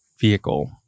vehicle